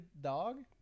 dog